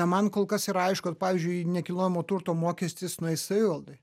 man kol kas yra aišku pavyzdžiui nekilnojamo turto mokestis nueis savivaldai